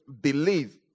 believe